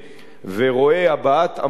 ורואה הבעת עמדות,